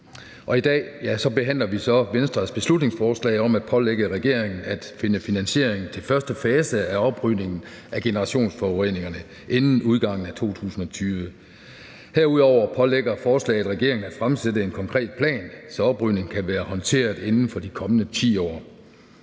I dag behandler vi så Venstres beslutningsforslag om at pålægge regeringen at finde finansiering til første fase af oprydningen af generationsforureningerne inden udgangen af 2020. Herudover pålægger forslaget regeringen at fremsætte en konkret plan, så oprydningen kan være håndteret inden for de kommende 10 år.